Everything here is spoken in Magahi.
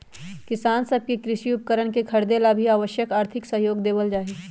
किसान सब के कृषि उपकरणवन के खरीदे ला भी आवश्यक आर्थिक सहयोग देवल जाहई